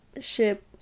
ship